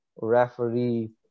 referee